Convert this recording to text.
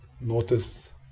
notice